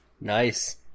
Nice